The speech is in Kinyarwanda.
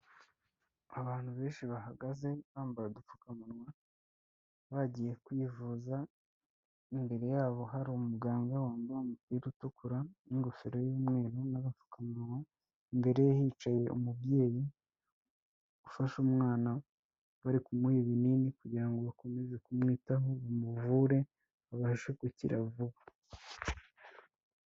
Abantu benshi bahagaze bambaye udupfukamunwa, bagiye kwivuza, imbere yabo hari umuganga wambaye umupira utukura n'ingofero y'umweru n'agapfukamunwa, imbere ye hicaye umubyeyi ufashe umwana bari kumuha ibinini kugira ngo bakomeze kumwitaho, bamuvure, abashe gukira vuba.